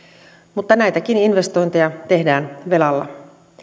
mutta näitäkin investointeja tehdään velalla